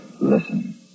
Listen